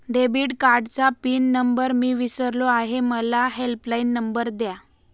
debit कार्डचा pin number मी विसरलो आहे मला हेल्पलाइन नंबर द्या